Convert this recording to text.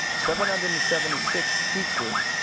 seven hundred and seventy six teachers.